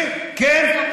וכן,